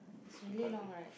to complete